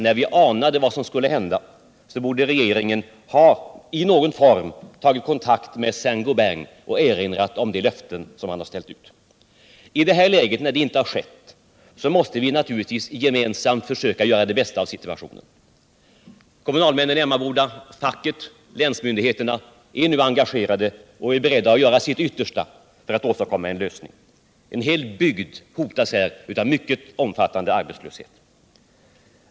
Då vi anade vad som skulle hända borde regeringen i någon form ha tagit kontakt med Saint Gobain och erinrat om de löften som hade ställts ut. När det nu inte skedde måste vi naturligtvis gemensamt försöka göra det bästa av situationen. Kommunalmännen i Emmaboda, facket och länsmyndigheterna är beredda att göra sitt yttersta för att åstadkomma en lösning. En hel bygd hotas av en mycket omfattande arbetslöshet.